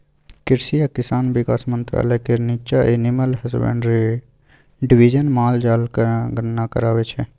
कृषि आ किसान बिकास मंत्रालय केर नीच्चाँ एनिमल हसबेंड्री डिबीजन माल जालक गणना कराबै छै